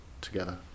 together